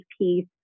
piece